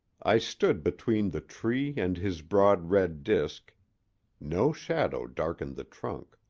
i stood between the tree and his broad red disk no shadow darkened the trunk!